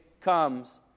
comes